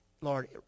Lord